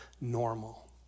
normal